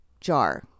jar